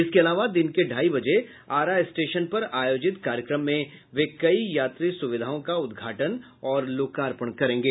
इसके अलावा दिन के ढाई बजे आरा स्टेशन पर आयोजित कार्यक्रम में वे कई यात्री सुविधाओं का उद्घाटन और लोकार्पण करेंगे